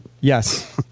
Yes